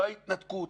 לא ההתנתקות,